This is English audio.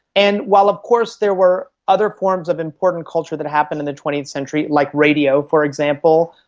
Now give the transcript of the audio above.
and while of course there were other forms of important culture that happened in the twentieth century, like radio, for example,